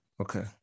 Okay